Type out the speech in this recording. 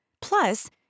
Plus